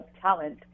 talent